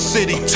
City